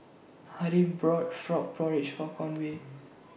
Harriett bought Frog Porridge For Conway